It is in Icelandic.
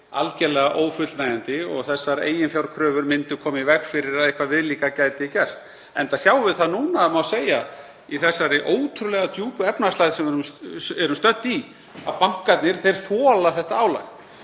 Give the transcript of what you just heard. algerlega ófullnægjandi og þessar eiginfjárkröfur kæmu í veg fyrir að eitthvað viðlíka gæti gerst. Enda sjáum við það núna, má segja, í þessari ótrúlega djúpu efnahagslægð sem við erum stödd í, að bankarnir þola þetta álag.